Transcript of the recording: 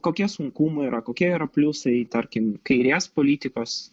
kokie sunkumai yra kokie yra pliusai tarkim kairės politikos